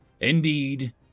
Indeed